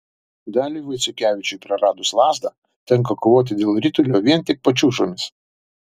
daliui vaiciukevičiui praradus lazdą tenka kovoti dėl ritulio vien tik pačiūžomis